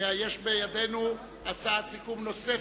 יש בידינו הצעת סיכום נוספת,